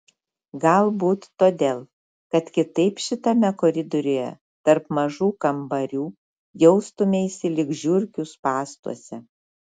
galbūt todėl kad kitaip šitame koridoriuje tarp mažų kambarių jaustumeisi lyg žiurkių spąstuose